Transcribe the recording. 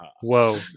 Whoa